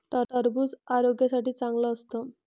टरबूज आरोग्यासाठी चांगलं असतं